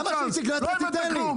למה שהאינטגרציה תיתן לי?